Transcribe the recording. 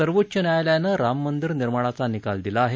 सर्वोच्च न्यायालयानं राम मंदिर निर्माणाचा निकाल दिला आहे